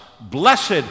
Blessed